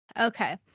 Okay